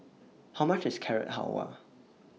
How much IS Carrot Halwa